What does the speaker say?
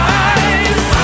eyes